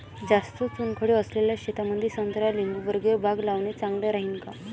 जास्त चुनखडी असलेल्या शेतामंदी संत्रा लिंबूवर्गीय बाग लावणे चांगलं राहिन का?